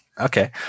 Okay